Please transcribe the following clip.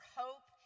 hope